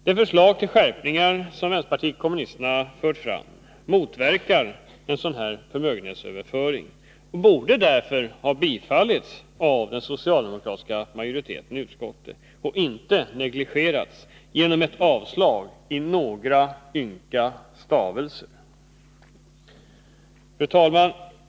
Det förslag till skärpningar som vänsterpartiet kommunisterna fört fram motverkar en sådan förmögenhetsöverföring och borde därför ha tillstyrkts av den socialdemokratiska majoriteten i utskottet, och inte negligerats genom ett avstyrkande i några få stavelser. Fru talman!